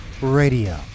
Radio